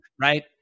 Right